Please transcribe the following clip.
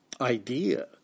idea